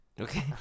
Okay